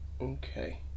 okay